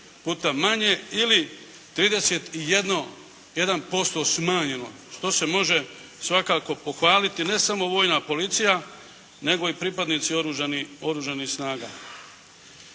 puta manje ili 31% smanjeno što se može svakako pohvaliti ne samo Vojna policija, nego i pripadnici Oružanih snaga.